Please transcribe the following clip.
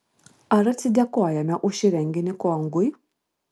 ar atsidėkojame už šį renginį kongui